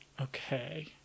Okay